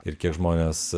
ir tie žmonės